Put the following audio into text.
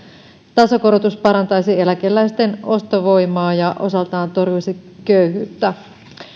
tasokorotus parantaisi eläkeläisten ostovoimaa ja osaltaan torjuisi köyhyyttä